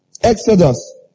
Exodus